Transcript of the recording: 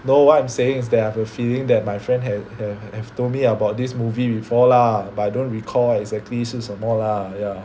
no what I'm saying is that I have a feeling that my friend have have told me about this movie before lah but I don't recall exactly 是什么 lah yah